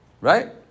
Right